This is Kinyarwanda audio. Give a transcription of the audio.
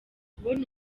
kubona